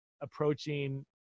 approaching